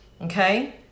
okay